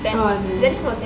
a'ah zennis